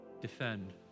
defend